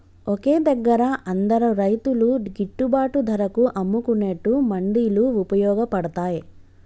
ఒకే దగ్గర అందరు రైతులు గిట్టుబాటు ధరకు అమ్ముకునేట్టు మండీలు వుపయోగ పడ్తాయ్